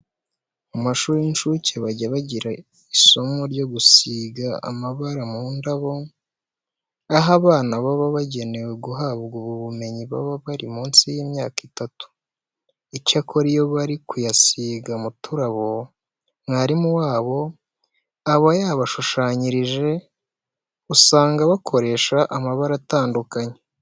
Mu mashuri y'incuke bajya bagira isomo ryo gusiga amabara mu ndabo, aho abana baba bagenewe guhabwa ubu bumenyi baba bari munsi y'imyaka itatu. Icyakora iyo bari kuyasiga mu turabo mwarimu wabo aba yabashushanyirije, usanga bakoresha amabara atandukanye.